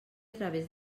través